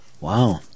Wow